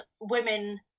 women